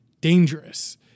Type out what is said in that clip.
dangerous